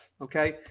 okay